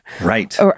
Right